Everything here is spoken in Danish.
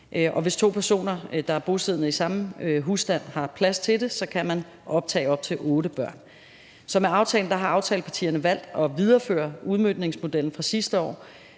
Hvis to personer, der er bosiddende i samme husstand, har plads til det, så kan man optage op til otte børn. Så med aftalen har aftalepartierne valgt at videreføre udmøntningsmodellen fra sidste år,